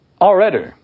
already